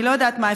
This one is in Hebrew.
אני לא יודעת מה.